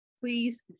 please